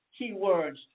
keywords